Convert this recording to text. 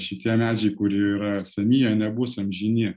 šitie medžiai kurie yra seni jie nebus amžini